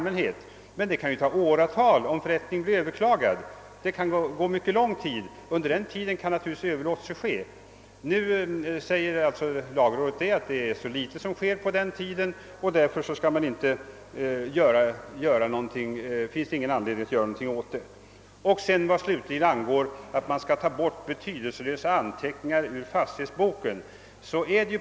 Men det kan dröja åratal, om förrättningen överklagas, och under den tiden kan naturligtvis överlåtelse komma till stånd. Lagrådet anser att det är mycket litet som sker under den tiden, och därför finns det ingen anledning att vidta några åtgärder. Det har också sagts, framhåller Jlagrådet, att man skall ta bort betydelselösa anteckningar i fastighetsboken.